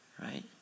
right